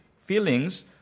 feelings